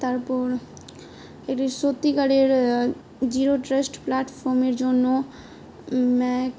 তারপর এটি সত্যিকারের জিরো ট্রাস্ট প্লাটফর্মের জন্য ম